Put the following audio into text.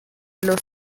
los